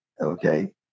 okay